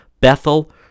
Bethel